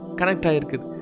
connected